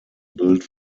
built